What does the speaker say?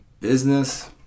business